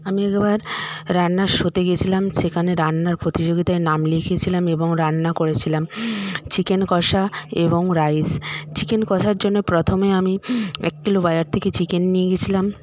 আমি একবার রান্নার শোতে গেছিলাম সেখানে রান্নার প্রতিযোগিতায় নাম লিখিয়ে ছিলাম এবং রান্না করেছিলাম চিকেন কষা এবং রাইস চিকেন কষার জন্য প্রথমে আমি এক কিলো বাজার থেকে চিকেন নিয়ে গেছিলাম